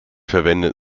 verwendet